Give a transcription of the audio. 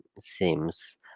seems